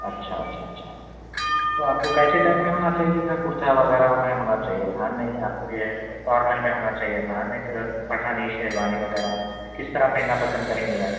اچھا اچھا اچھا وہ آپ کو کیسے ٹائپ میں ہونا چاہیے تھا کرتا وغیرہ میں ہونا چاہیے تھا نہیں آپ کو یہ فارمل میں ہونا چاہیے تھا ایک پٹھانی شیروانی وغیرہ کس طرح پہننا پسند کریں گے آپ